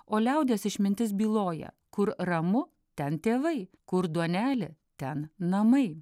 o liaudies išmintis byloja kur ramu ten tėvai kur duonelė ten namai